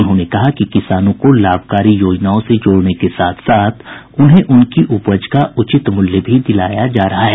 उन्होंने कहा कि किसानों को लाभकारी योजनाओं से जोड़ने के साथ साथ उन्हें उनकी उपज का उचित मूल्य भी दिलाया जा रहा है